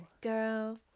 Girl